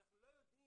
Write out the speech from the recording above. אנחנו לא יודעים